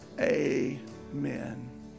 Amen